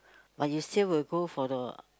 or you still will go for the